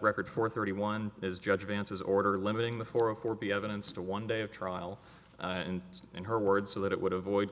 record four thirty one is judge advances order limiting the forum for be evidence to one day of trial and in her words so that it would avoid